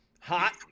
Hot